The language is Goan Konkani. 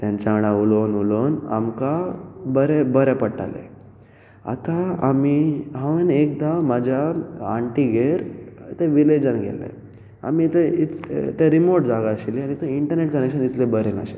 तांच्या वांगडा उलोवन उलोवन आमकां बरें बरें पडटालें आतां आमी हांवें एकदां म्हज्या आण्टीगेर ते विलेजान गेल्ले आमी आमी थंय इच ते रिमोट जागा आशिल्ली आनी थंय इंटरनॅट कनॅक्शन तितलें बरें नाशिल्लें